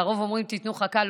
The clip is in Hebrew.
לרוב אומרים: תיתנו חכה,